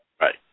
Right